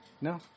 No